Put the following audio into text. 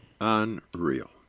Unreal